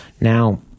Now